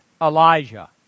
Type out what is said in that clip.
Elijah